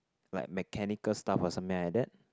like mechanical stuff or something like that